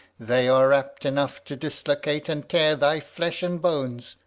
they are apt enough to dislocate and tear thy flesh and bones.